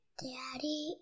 Daddy